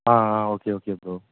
ஆ ஆ okay okay bro